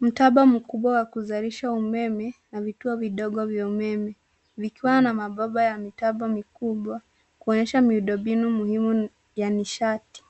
Mtambo mkubwa wa kuzalisha umeme na vituo vidogo vya umeme vikiwa na mabomba ya mitambo mikubwa, kuonyesha miundo mbinu muhimu ya nishati.